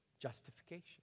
justification